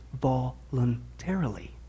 voluntarily